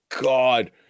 God